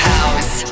House